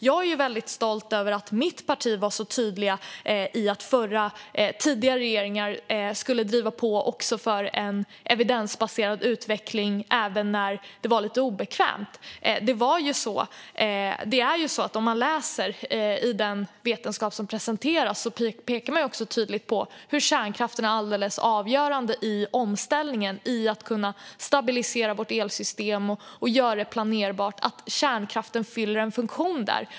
Jag är väldigt stolt över att vi i mitt parti var så tydliga med att tidigare regeringar skulle driva på för en evidensbaserad utveckling, även när det var lite obekvämt. I den vetenskap som presenteras pekas tydligt på hur kärnkraften är alldeles avgörande i omställningen för att kunna stabilisera vårt elsystem och göra det planerbart och att kärnkraften fyller en funktion där.